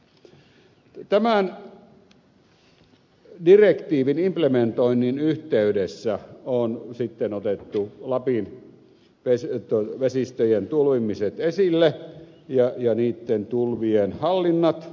tämän direktiivin implementoinnin yhteydessä on sitten otettu esille lapin vesistöjen tulvimiset ja niitten tulvien hallinnat